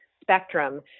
spectrum